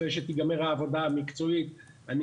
אחרי שתיגמר העבודה המקצועית - אני